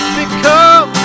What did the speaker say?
become